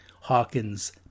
Hawkins